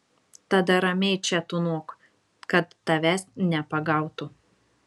tada ramiai čia tūnok kad tavęs nepagautų